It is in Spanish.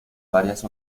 varias